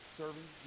serving